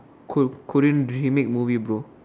ko~ Korean remake movie bro